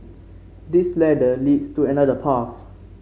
this ladder leads to another path